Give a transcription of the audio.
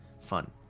Fun